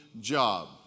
job